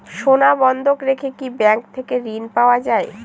সোনা বন্ধক রেখে কি ব্যাংক থেকে ঋণ পাওয়া য়ায়?